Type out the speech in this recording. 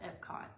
Epcot